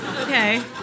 okay